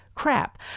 Crap